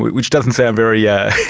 which doesn't sound very yeah